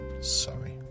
sorry